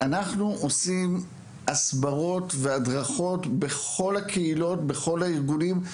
אנחנו עושים הסברות והדרכות בכל הקהילות ובכל הארגונים.